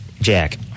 Jack